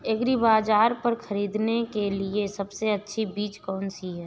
एग्रीबाज़ार पर खरीदने के लिए सबसे अच्छी चीज़ कौनसी है?